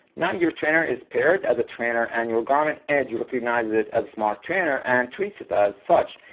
now your trainer is paired as a trainer, and your garmin edge recognizes it as a smart trainer and treats it as such.